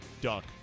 duck